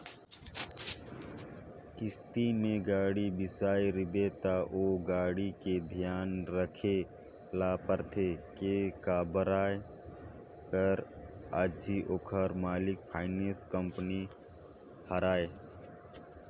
किस्ती में गाड़ी बिसाए रिबे त ओ गाड़ी के धियान राखे ल परथे के काबर कर अझी ओखर मालिक फाइनेंस कंपनी हरय